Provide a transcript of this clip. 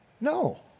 No